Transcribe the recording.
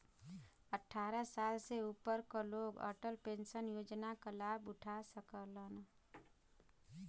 अट्ठारह साल से ऊपर क लोग अटल पेंशन योजना क लाभ उठा सकलन